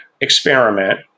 experiment